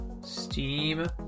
Steam